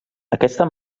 aquesta